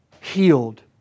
healed